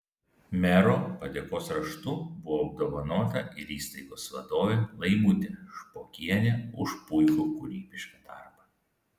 mero padėkos raštu buvo apdovanota ir įstaigos vadovė laimutė špokienė už puikų kūrybišką darbą